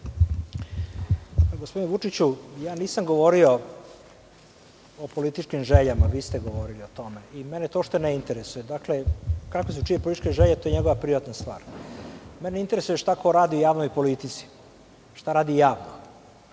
Gospodine Vučiću, nisam govorio o političkim željama. Vi ste govorili o tome. Mene to uopšte ne interesuje. Kakve su čije političke želje to je njegova privatna stvar. Interesuje me šta ko radi u javnoj politici, šta radi javno.